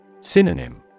Synonym